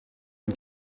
une